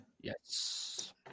Yes